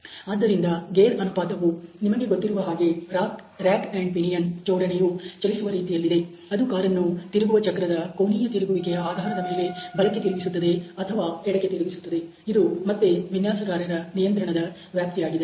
ಆದ್ದರಿಂದ ಗೇರ್ ಅನುಪಾತವುನಿಮಗೆ ಗೊತ್ತಿರುವ ಹಾಗೆ ರಾಕ್ ಅಂಡ್ ಪಿನಿಯನ್ ಜೋಡಣೆಯು ಚಲಿಸುವ ರೀತಿಯಲ್ಲಿದೆ ಅದು ಕಾರನ್ನು ತಿರುಗುವ ಚಕ್ರದ ಕೋನೀಯ ತಿರುವಿಕೆಯ ಆಧಾರದ ಮೇಲೆ ಬಲಕ್ಕೆ ತಿರುಗಿಸುತ್ತದೆ ಅಥವಾ ಎಡಕ್ಕೆ ತಿರುಗಿಸುತ್ತದೆ ಇದು ಮತ್ತೆ ವಿನ್ಯಾಸಗಾರರ ನಿಯಂತ್ರಣದ ವ್ಯಾಪ್ತಿಯಾಗಿದೆ